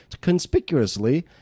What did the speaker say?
Conspicuously